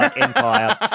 Empire